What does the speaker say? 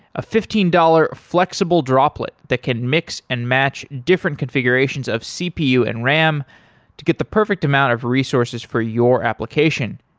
a fifteen dollars flexible droplet that can mix and match different configurations of cpu and ram to get the perfect amount of resources for your application.